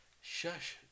Shush